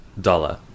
Dollar